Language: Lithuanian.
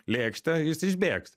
lėkštę jis išbėgs